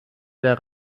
der